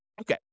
Okay